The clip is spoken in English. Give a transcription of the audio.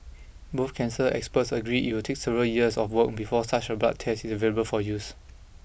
both cancer experts agree it will take several years of work before such a blood test is available for use